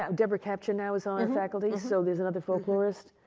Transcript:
um debra ketchner was on faculty, so there's another folklorist.